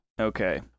Okay